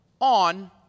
on